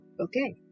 Okay